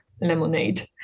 lemonade